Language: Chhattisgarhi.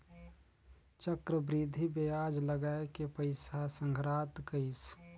चक्रबृद्धि बियाज लगाय के पइसा संघरात गइस